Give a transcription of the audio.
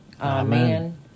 Amen